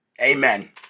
amen